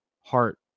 heart